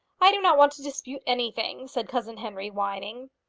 i do not want to dispute anything, said cousin henry, whining.